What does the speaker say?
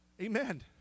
Amen